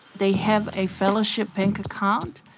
they have a fellowship bank account,